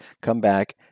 comeback